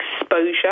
exposure